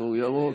כפתור ירוק.